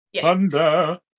Thunder